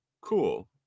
cool